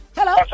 Hello